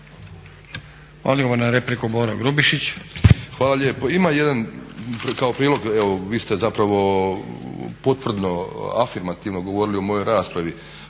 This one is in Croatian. Grubišić. **Grubišić, Boro (HDSSB)** Hvala lijepo. Ima jedan kao prilog evo vi ste zapravo potvrdno, afirmativno govorili o mojoj raspravi,